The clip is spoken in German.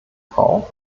frau